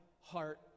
heart